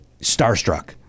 starstruck